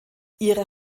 ihre